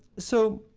so,